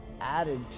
added